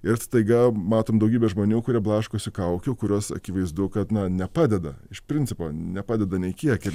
ir staiga matom daugybę žmonių kurie blaškosi kaukių kurios akivaizdu kad na nepadeda iš principo nepadeda nei kiek ir